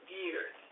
years